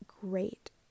great